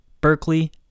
Berkeley